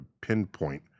pinpoint